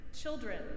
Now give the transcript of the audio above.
children